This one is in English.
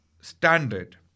standard